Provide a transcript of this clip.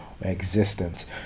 existence